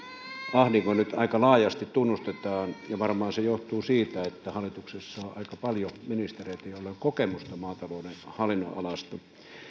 ahdinko nyt aika laajasti tunnustetaan ja varmaan se johtuu siitä että hallituksessa on on aika paljon ministereitä joilla on kokemusta maatalouden hallinnonalasta